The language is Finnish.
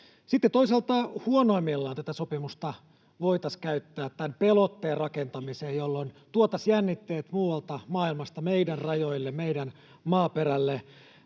toisaalta huonoimmillaan tätä sopimusta voitaisiin käyttää tämän pelotteen rakentamiseen, jolloin tuotaisiin jännitteet muualta maailmasta meidän rajoille ja meidän maaperälle